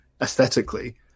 aesthetically